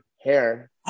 hair